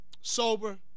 sober